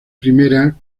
primera